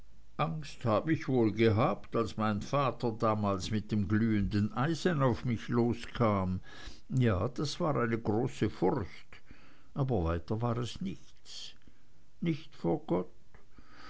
angst habe ich wohl gehabt als mein vater damals mit dem glühenden eisen auf mich loskam ja das war eine große furcht aber weiter war es nichts nicht vor gott